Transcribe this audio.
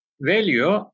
Value